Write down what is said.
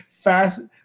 Fast